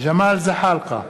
ג'מאל זחאלקה,